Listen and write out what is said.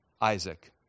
Isaac